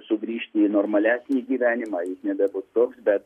sugrįžti į normalesnį gyvenimą jis nebebus toks bet